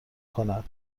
کند